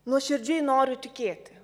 nuoširdžiai noriu tikėti